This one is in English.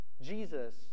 Jesus